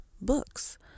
books